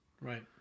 Right